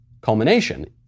culmination